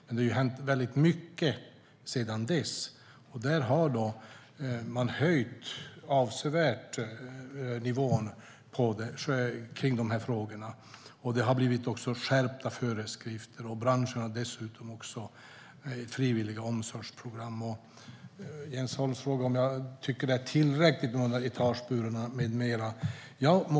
Mycket har dock hänt sedan dess. Nivån har höjts avsevärt i dessa frågor. Föreskrifter har skärpts, och branschen har dessutom frivilliga omsorgsprogram. Jens Holm frågade om jag tycker att det är tillräckligt med etageburar med mera.